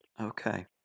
Okay